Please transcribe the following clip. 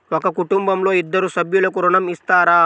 ఒక కుటుంబంలో ఇద్దరు సభ్యులకు ఋణం ఇస్తారా?